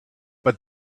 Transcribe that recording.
but